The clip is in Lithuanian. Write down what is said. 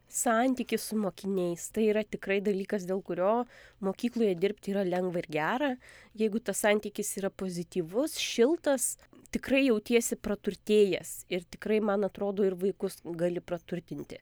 santykis su mokiniais tai yra tikrai dalykas dėl kurio mokykloje dirbti yra lengva ir gera jeigu tas santykis yra pozityvus šiltas tikrai jautiesi praturtėjęs ir tikrai man atrodo ir vaikus gali praturtinti